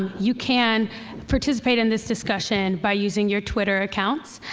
you can participate in this discussion by using your twitter accounts.